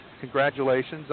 congratulations